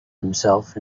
himself